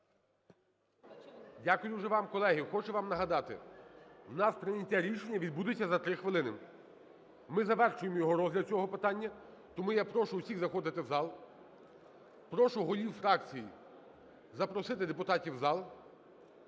Дякую дуже вам. Колеги, хочу вам нагадати, в нас прийняття рішення відбудеться за 3 хвилини. Ми завершуємо його розгляд, цього питання, тому я прошу всіх заходити в зал. Прошу голів фракцій запросити депутатів в зал